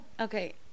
Okay